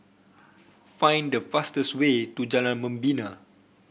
find the fastest way to Jalan Membina